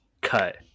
cut